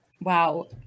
Wow